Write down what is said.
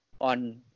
on